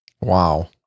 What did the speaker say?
Wow